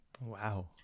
wow